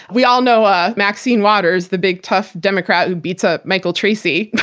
we all know ah maxine waters, the big tough democrat who beats up michael tracy.